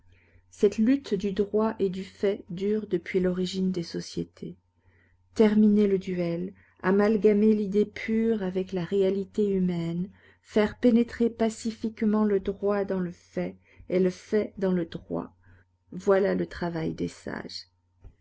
cette lutte du droit et du fait dure depuis l'origine des sociétés terminer le duel amalgamer l'idée pure avec la réalité humaine faire pénétrer pacifiquement le droit dans le fait et le fait dans le droit voilà le travail des sages